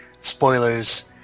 spoilers